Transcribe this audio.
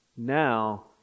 Now